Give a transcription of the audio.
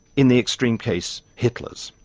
in the extreme case, hitlers,